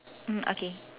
mm okay